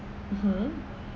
mmhmm